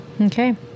Okay